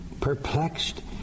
perplexed